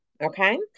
Okay